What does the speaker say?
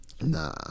Nah